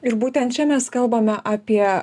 ir būtent čia mes kalbame apie